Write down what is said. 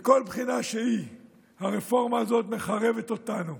מכל בחינה שהיא הרפורמה הזאת מחרבת אותנו.